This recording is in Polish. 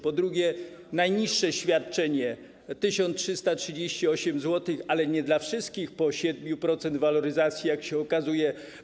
Po drugie, najniższe świadczenie - 1338 zł, ale nie dla wszystkich, po 7% waloryzacji, jak się okazuje.